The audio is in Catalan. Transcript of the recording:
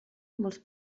molts